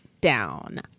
down